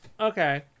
okay